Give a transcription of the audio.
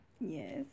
Yes